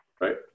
Right